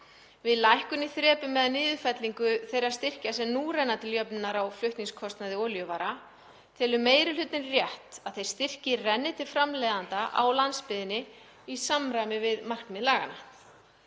Við lækkun í þrepum með niðurfellingu þeirra styrkja sem nú renna til jöfnunar á flutningskostnaði olíuvara telur meiri hlutinn rétt að þeir styrkir renni til framleiðenda á landsbyggðinni í samræmi við markmið laganna.